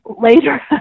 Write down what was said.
later